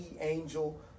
angel